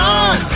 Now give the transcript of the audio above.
on